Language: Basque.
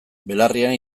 belarrian